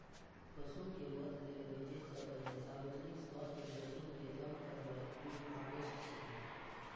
पशु कें वध लेल भेजै सं पहिने सार्वजनिक स्वास्थ्य जोखिम कें कम करनाय प्रीहार्वेस्ट छियै